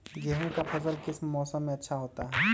गेंहू का फसल किस मौसम में अच्छा होता है?